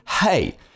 hey